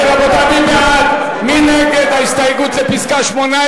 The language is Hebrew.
אם כן, רבותי, מי בעד, מי נגד הסתייגות 18?